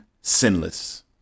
sinless